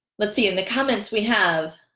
let's see in the comments we have